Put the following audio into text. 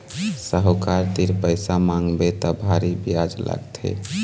साहूकार तीर पइसा मांगबे त भारी बियाज लागथे